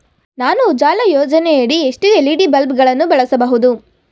ನಾನು ಉಜಾಲ ಯೋಜನೆಯಡಿ ಎಷ್ಟು ಎಲ್.ಇ.ಡಿ ಬಲ್ಬ್ ಗಳನ್ನು ಬಳಸಬಹುದು?